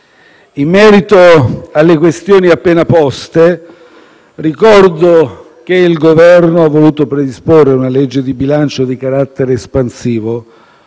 in merito alle questioni appena poste, ricordo che il Governo ha voluto predisporre una legge di bilancio di carattere espansivo